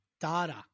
data